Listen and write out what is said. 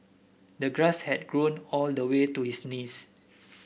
the grass had grown all the way to his knees